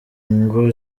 ngo